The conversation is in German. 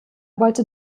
wollte